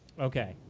Okay